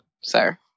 sir